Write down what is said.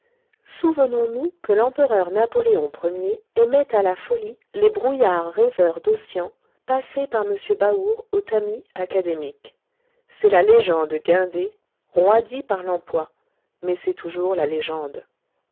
souvenons nous que l'empereur napoléon ier aimait à la folie les brouillards rêveurs d'ossian passés par m baour au tamis académique c'est la légende guindée roidie par l'empois mais c'est toujours la légende